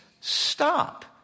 stop